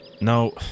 No